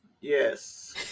Yes